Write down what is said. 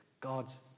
God's